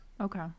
Okay